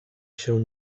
się